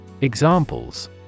Examples